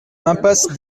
impasse